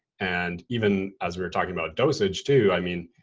and even as we were talking about dosage too, i mean,